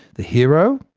the hero,